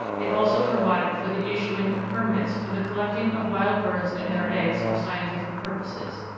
it also provided for the issuing of permits for the collecting of wild birds and their eggs for scientific purposes.